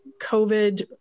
COVID